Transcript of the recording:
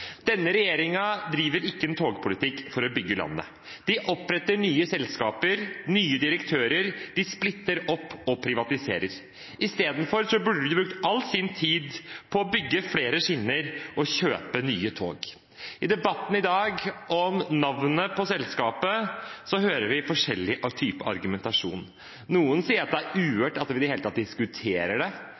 Denne regjeringen driver ikke en togpolitikk for å bygge landet. De oppretter nye selskaper, nye direktører, de splitter opp og privatiserer. Isteden burde de brukt all sin tid på å bygge flere skinner og kjøpe nye tog. I debatten i dag om navnet på selskapet hører vi forskjellige typer argumentasjon. Noen sier at det er uhørt at vi i det hele tatt diskuterer det.